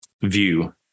view